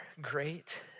great